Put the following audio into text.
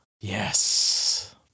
Yes